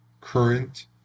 current